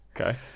Okay